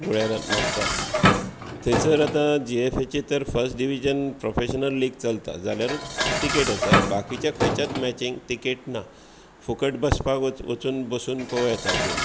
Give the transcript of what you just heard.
धुळेर म्हापसा थंयसर आतां G F A चें फर्स्ट डिविझन प्रोफेशनल लीग चलता जाल्यारूच तिकेट आसा बाकीच्या खंयचेच मॅचीक तिकेट ना फुकट बसपाक वचून बसून पोवूंक येता गेम